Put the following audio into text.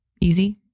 easy